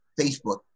Facebook